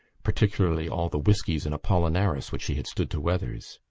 particularly all the whiskies and apolinaris which he had stood to weathers.